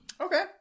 Okay